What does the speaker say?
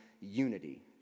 unity